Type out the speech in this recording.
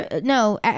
no